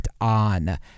On